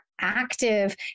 active